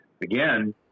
again